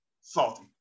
Salty